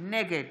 נגד